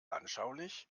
anschaulich